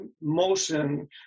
motion